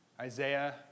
Isaiah